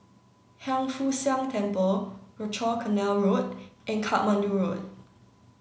Hiang Foo Siang Temple Rochor Canal Road and Katmandu Road